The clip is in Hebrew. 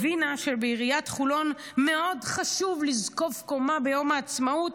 הבינה שבעיריית חולון מאוד חשוב לזקוף קומה ביום העצמאות,